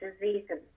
diseases